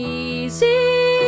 easy